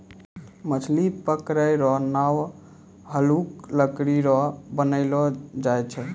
मछली पकड़ै रो नांव हल्लुक लकड़ी रो बनैलो जाय छै